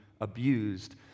abused